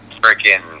freaking